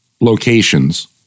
locations